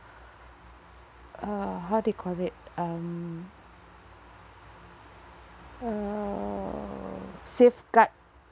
uh how do you call it um uh safeguard